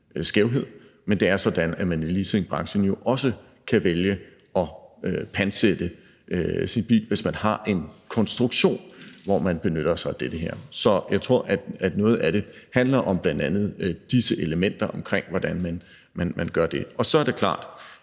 men det er sådan, at man i leasingbranchen jo også kan vælge at pantsætte sin bil, hvis man har en konstruktion, hvor man benytter sig af det her. Så jeg tror, at noget af det handler om bl.a. disse elementer omkring, hvordan man gør det. Så er det klart,